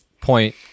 point